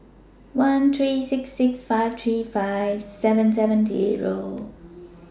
one three six six five three five seven seven Zero